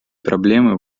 проблемы